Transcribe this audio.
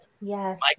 Yes